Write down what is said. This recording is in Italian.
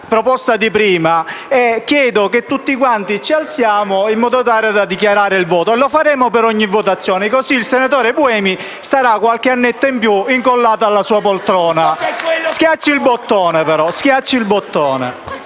di poc'anzi e chiedo che tutti quanti ci alziamo in modo da dichiarare il voto e lo faremo per ogni votazione, così il senatore Buemi starà qualche annetto in più incollato alla sua poltrona. Però schiacci il bottone.